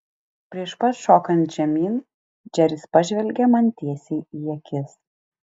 prieš pat šokant žemyn džeris pažvelgė man tiesiai į akis